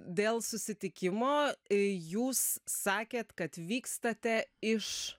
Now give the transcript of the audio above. dėl susitikimo jūs sakėt kad vykstate iš